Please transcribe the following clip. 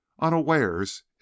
unawares